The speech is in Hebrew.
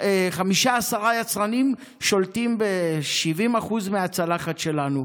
חמישה, עשרה יצרנים שולטים ב-70% מהצלחת שלנו.